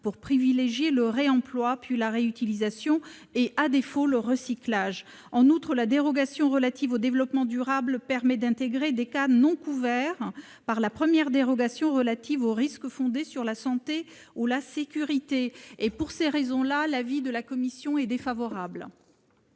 pour privilégier le réemploi, puis la réutilisation et à défaut le recyclage. En outre, la dérogation relative au développement durable permet d'intégrer des cas non couverts par la première dérogation relative aux risques fondés sur la santé ou la sécurité. Pour ces raisons, l'avis de la commission est défavorable